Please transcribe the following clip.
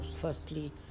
Firstly